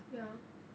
ya